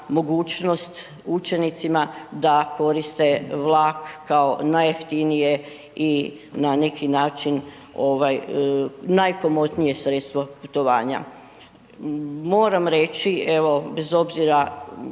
mogućnost učenicima da koriste vlak kao najjeftinije i na neki način ovaj najkomotnije sredstvo putovanja. Moram reći evo bez obzira